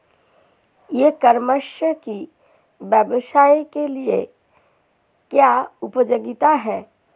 ई commerce की व्यवसाय के लिए क्या उपयोगिता है?